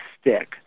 stick